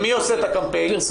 מי עושה את הקמפיין?